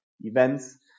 events